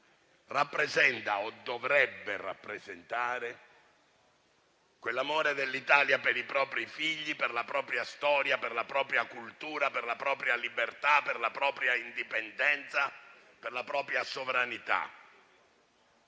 rappresenta o dovrebbe rappresentare quell'amore dell'Italia per i propri figli, per la propria storia, per la propria cultura, per la propria libertà, per la propria indipendenza, per la propria sovranità.